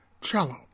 cello